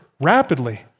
rapidly